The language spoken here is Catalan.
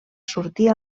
sortir